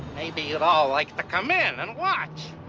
maybe you'd all like to come in and watch!